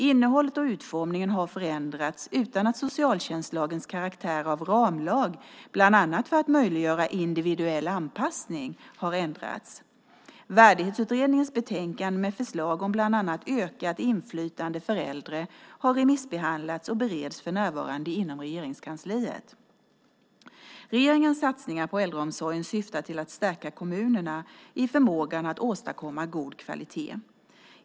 Innehållet och utformningen har förändrats utan att socialtjänstlagens karaktär av ramlag, bland annat för att möjliggöra individuell anpassning, har ändrats. Värdighetsutredningens betänkande med förslag om bland annat ökat inflytande för äldre har remissbehandlats och bereds för närvarande inom Regeringskansliet. Regeringens satsningar på äldreomsorgen syftar till att stärka kommunerna i förmågan att åstadkomma god kvalitet.